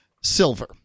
silver